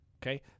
Okay